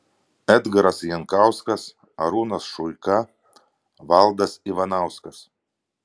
edgaras jankauskas arūnas šuika valdas ivanauskas